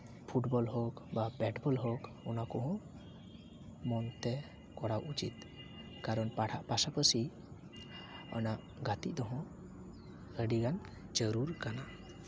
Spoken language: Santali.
ᱯᱷᱩᱴᱵᱚᱞ ᱦᱳᱠ ᱵᱟ ᱵᱮᱴᱰᱵᱚᱞ ᱦᱳᱠ ᱚᱱᱟ ᱠᱚᱦᱚᱸ ᱢᱚᱱᱛᱮ ᱠᱚᱨᱟᱣ ᱩᱪᱤᱛ ᱠᱟᱨᱚᱱ ᱯᱟᱲᱦᱟᱜ ᱯᱟᱥᱟᱯᱟᱥᱤ ᱚᱱᱟ ᱜᱟᱛᱮᱜ ᱦᱚᱸ ᱟᱹᱰᱤᱜᱟᱱ ᱡᱟᱹᱨᱩᱲ ᱠᱟᱱᱟ